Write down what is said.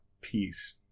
peace